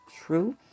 true